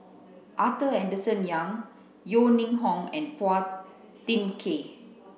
Arthur Henderson Young Yeo Ning Hong and Phua Thin Kiay